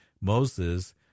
Moses